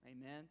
Amen